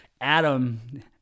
Adam